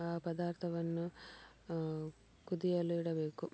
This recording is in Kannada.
ಆ ಪದಾರ್ಥವನ್ನು ಕುದಿಯಲು ಇಡಬೇಕು